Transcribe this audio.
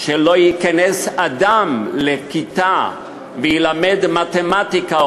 שלא ייכנס אדם לכיתה וילמד מתמטיקה,